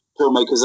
filmmakers